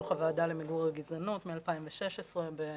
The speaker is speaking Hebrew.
זה דוח הוועדה למיגור הגזענות מ-2016 שהיה